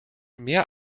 mehr